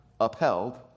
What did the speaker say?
upheld